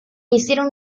hicieron